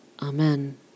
Amen